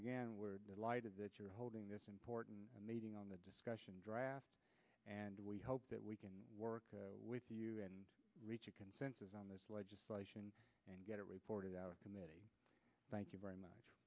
again we're delighted that you're holding this important meeting on the discussion draft and we hope that we can work with you and reach a consensus on this legislation and get it reported out of committee thank you very much